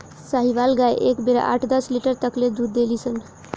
साहीवाल गाय एक बेरा आठ दस लीटर तक ले दूध देली सन